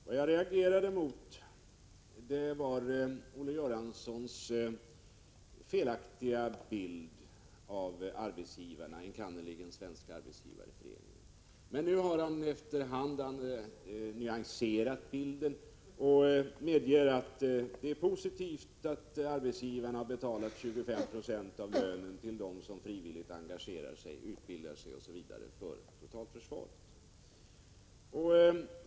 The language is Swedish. Herr talman! Vad jag reagerade mot var Olle Göranssons felaktiga bild av arbetsgivarna, enkannerligen Svenska arbetsgivareföreningen. Men nu har han efter hand nyanserat bilden och medger att det är positivt att arbetsgivarna betalar 25 96 av lönen till dem som frivilligt utbildar sig för totalförsvaret.